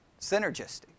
synergistic